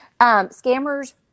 Scammers